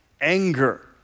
anger